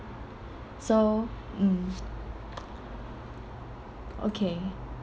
so mm okay